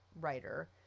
writer